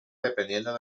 dependiendo